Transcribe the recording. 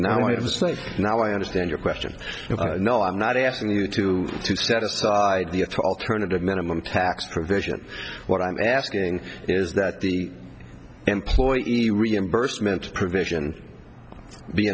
say now i understand your question no i'm not asking you to set aside the alternative minimum tax provision what i'm asking is that the employee reimbursement provision be